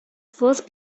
first